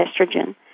estrogen